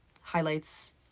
highlights